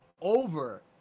over